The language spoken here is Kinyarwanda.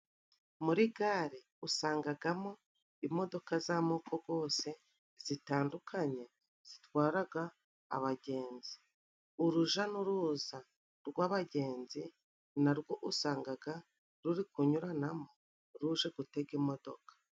Muri gare usangagamo imodoka z'amoko yose zitandukanye zitwaraga abagenzi uruja n'uruza rw'abagenzi narwo usangaga ruri kunyuranamo ruje gutega imodoka.